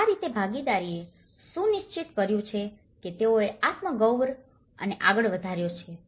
અને આ રીતે ભાગીદારીએ સુનિશ્ચિત કર્યું છે કે તેઓએ આત્મગૌરવને આગળ વધાર્યો છે